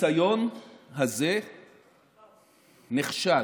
הניסיון הזה נכשל.